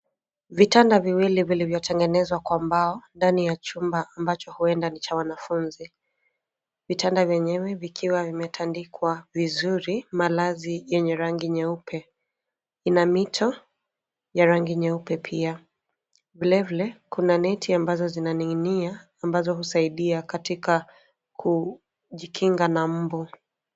Vitanda viwili vilivyotengenzwa kwa mbao ndani ya chumba ambacho huenda ni cha wanafunzi. Vitanda vyenyewe vikiwa vimetandikwa vizuri malazi yenye rangi nyeupe ina mito ambayo ni nyeupe pia. Vile vile kuna neti ambazo zinaning'inia, ambazo husaidia katika kujikinga na mbu.